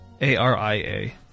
A-R-I-A